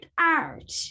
art